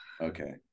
Okay